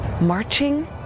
marching